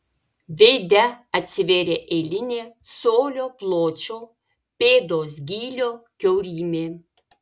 veide atsivėrė eilinė colio pločio pėdos gylio kiaurymė